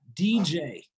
DJ